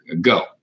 go